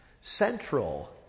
central